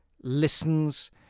listens